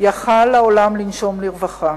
יכול היה העולם לנשום לרווחה.